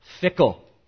fickle